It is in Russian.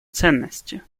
ценности